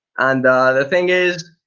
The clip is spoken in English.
and the thing is,